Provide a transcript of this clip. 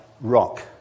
rock